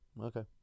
okay